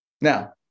Now